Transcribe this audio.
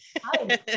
Hi